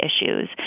issues